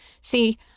see